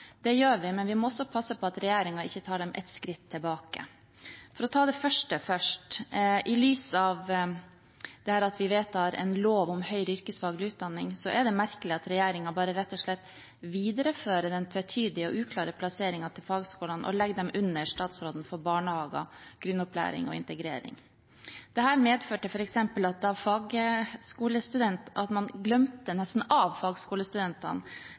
Det gjør vi, men vi må også passe på at regjeringen ikke tar dem et skritt tilbake. For å ta det første først: I lys av at vi vedtar en lov om høyere yrkesfaglig utdanning, er det merkelig at regjeringen rett og slett bare viderefører den tvetydige og uklare plasseringen til fagskolene og legger dem under statsråden for barnehager, grunnopplæring og integrering. Dette medførte f.eks. at man nesten